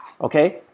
Okay